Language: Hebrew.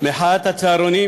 מחאת הצהרונים,